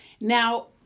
Now